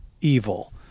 evil